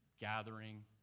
gathering